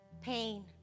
pain